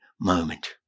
moment